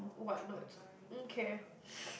what nots um kay